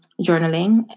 journaling